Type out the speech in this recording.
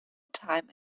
time